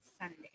sunday